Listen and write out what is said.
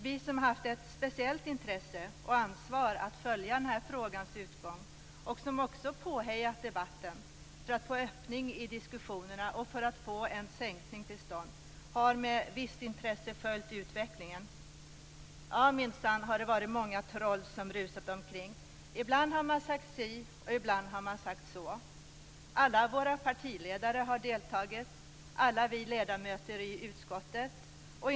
Vi som har haft ett speciellt intresse av och ansvar för att följa frågans utgång och som också påhejat debatten för att få en öppning i diskussionerna och för att få en sänkning av skatten till stånd har med visst intresse följt utvecklingen. Det har minsann varit många "troll" som har rusat omkring. Ibland har man sagt si och ibland har man sagt så. Alla våra partiledare och alla vi ledamöter i utskottet har deltagit.